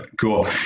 Cool